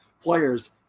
players